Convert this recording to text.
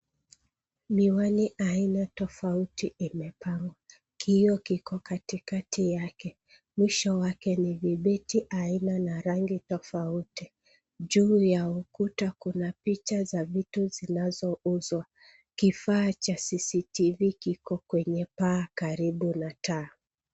Miwani aina tofauti imepangwa kioo kiko katikati yake mwisho wake ni vibeti aina na rangi tofauti. Juu ya ukuta kuna picha za vitu zinazo uzwa. Kifaa cha CCTV kiko kwenye paa karibu na taa.